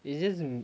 it's just m~